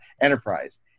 Enterprise